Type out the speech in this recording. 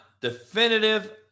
definitive